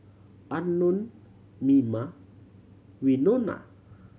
Unknown Mima Winona